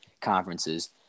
conferences